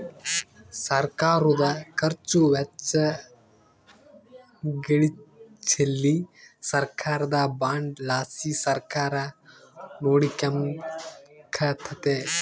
ಸರ್ಕಾರುದ ಖರ್ಚು ವೆಚ್ಚಗಳಿಚ್ಚೆಲಿ ಸರ್ಕಾರದ ಬಾಂಡ್ ಲಾಸಿ ಸರ್ಕಾರ ನೋಡಿಕೆಂಬಕತ್ತತೆ